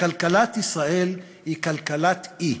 וכלכלת ישראל היא "כלכלת אי",